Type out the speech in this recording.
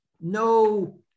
no